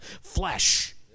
flesh